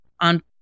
on